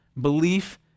Belief